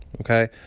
Okay